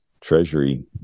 Treasury